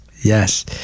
Yes